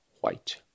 white